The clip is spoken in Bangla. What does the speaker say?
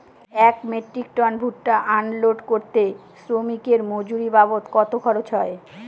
এক মেট্রিক টন ভুট্টা আনলোড করতে শ্রমিকের মজুরি বাবদ কত খরচ হয়?